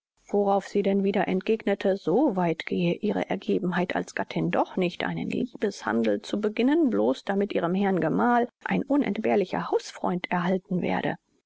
worauf sie denn wieder entgegnete so weit gehe ihre ergebenheit als gattin doch nicht einen liebeshandel zu beginnen bloß damit ihrem herrn gemal ein unentbehrlicher hausfreund erhalten werde